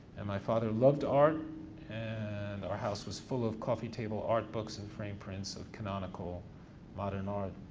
and my father loved art and our house was full of coffee table art books and frame prints of canonical modern art.